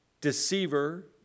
Deceiver